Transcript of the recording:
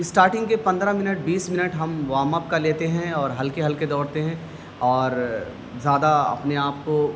starting کے پندرہ minute بیس منٹ ہم وم اپ کا لیتے ہیں اور ہلکے ہلکے دوڑتے ہیں اور زیادہ اپنے آپ کو